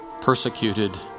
persecuted